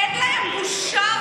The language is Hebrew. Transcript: אין להם בושה.